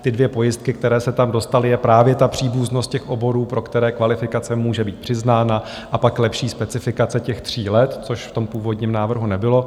Ty dvě pojistky, které se tam dostaly, je právě příbuznost oborů, pro které kvalifikace může být přiznána, a pak lepší specifikace těch tří let, což v původním návrhu nebylo.